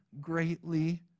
greatly